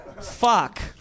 Fuck